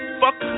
fuck